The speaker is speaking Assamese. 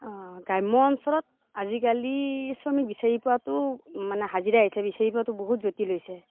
গ্ৰাম্য অঞ্চলত আজিকালি শ্ৰমিক বিচাৰি পোৱাটো মানে হাজিৰা হিচাপে বিচাৰি পোৱাটো বহুত জটিল হৈছে